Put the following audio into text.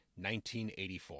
1984